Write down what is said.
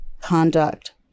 conduct